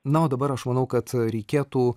na o dabar aš manau kad reikėtų